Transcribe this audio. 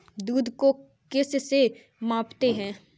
दूध को किस से मापते हैं?